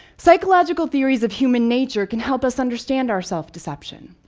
psychological theories of human nature can help us understand our self-deception.